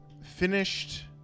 finished